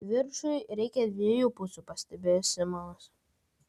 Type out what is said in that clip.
kivirčui reikia dviejų pusių pastebėjo simonas